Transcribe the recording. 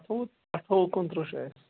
اَٹھووُہ اٹھووُہ کُنترٕٛہ چھُ اسہِ